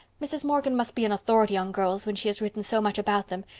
mrs. morgan must be an authority on girls when she has written so much about them,